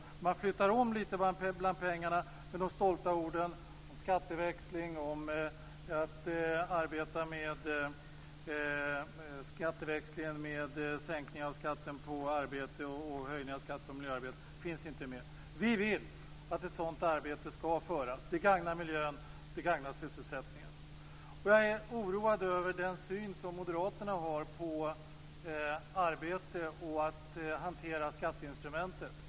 Man flyttar om litet bland pengarna, men de stolta orden om skatteväxling, att arbeta med sänkning av skatt på arbete och höjning av skatt på miljön, finns inte med. Vi vill att ett sådant arbete skall utföras. Det gagnar miljön, det gagnar sysselsättningen. Jag är oroad över den syn som moderaterna har på arbete och hanteringen av skatteinstrumentet.